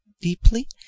deeply